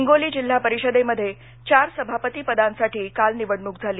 हिंगोली जिल्हा परिषदेमध्ये चार सभापती पदांसाठी काल निवडणूक झाली